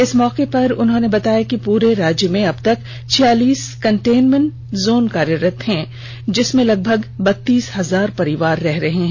इस मौके पर उन्होंने बताया कि पूरे राज्य में अब तक छियालीस कंटेनमेंट जोन कार्यरत हैं जिसमें लगभग बत्तीस हजार परिवार रह रहे हैं